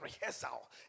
rehearsal